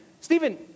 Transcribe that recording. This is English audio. Stephen